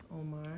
Omar